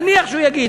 נניח שהוא יגיד.